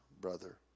brother